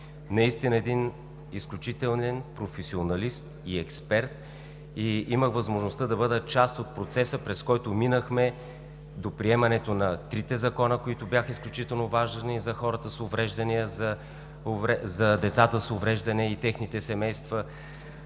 Наистина един изключителен професионалист и експерт. Имах възможността да бъда част от процеса, през който минахме, до приемането на трите закона, които бяха изключително важни за хората с увреждания, за децата с увреждания и техните семейства,